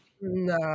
No